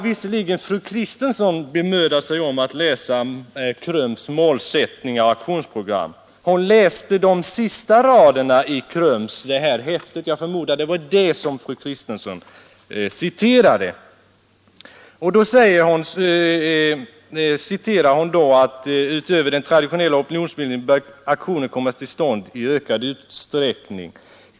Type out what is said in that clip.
Visserligen har fru Kristensson bemödat sig om att läsa KRUM:s målsättningsoch aktionsprogram. Jag förmodar att det var de sista raderna i programmet som fru Kristensson citerade, nämligen: ”Utöver den traditionella opinionsbildningen bör aktioner komma till stånd i ökad utsträckning.